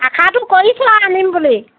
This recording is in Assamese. আশাটো কৰিছোঁ আৰু আনিম বুলি